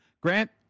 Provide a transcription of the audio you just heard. Grant